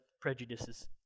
prejudices